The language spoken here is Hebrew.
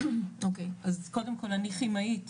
אז קודם כל אני כימאית,